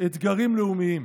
אתגרים לאומיים.